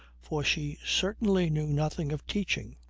for she certainly knew nothing of teaching.